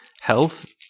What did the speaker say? health